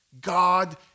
God